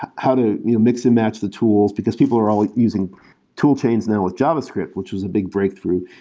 how to you know mix and match the tools, because people are ah like using tool chains now with javascript, which is a big breakthrough.